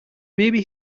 maybe